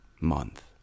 month